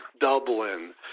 Dublin